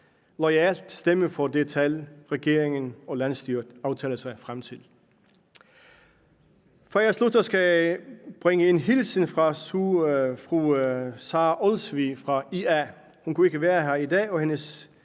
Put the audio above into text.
loyalt stemme for det tal, regeringen og landsstyret aftaler for fremtiden. Før jeg slutter, skal jeg bringe en hilsen fra fru Sara Olsvig fra IA. Hun kunne ikke være her i dag, og hendes